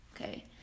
Okay